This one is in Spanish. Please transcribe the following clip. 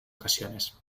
ocasiones